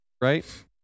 Right